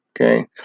Okay